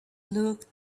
looked